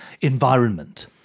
environment